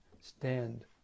stand